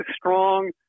strong